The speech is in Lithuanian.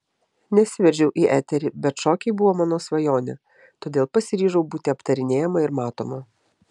nesiveržiau į eterį bet šokiai buvo mano svajonė todėl pasiryžau būti aptarinėjama ir matoma